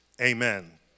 amen